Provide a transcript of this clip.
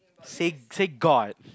say say god